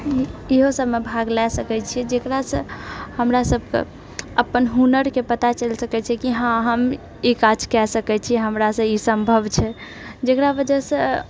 इएहो सबमे भाग लए सकैत छिए जेकरासँ हमरा सबकेँ अपन हुनरके पता चलि सकैत छेै कि हँ हम ई काज कए सकैत छी हमरासे ई सम्भव छै जेकरा वजहसँ